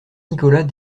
nicolas